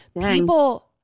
people